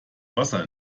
wasser